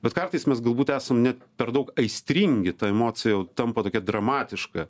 bet kartais mes galbūt esam net per daug aistringi ta emocija jau tampa tokia dramatiška